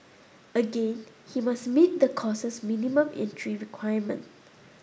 again he must meet the course's minimum entry requirement